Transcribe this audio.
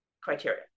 criteria